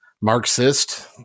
Marxist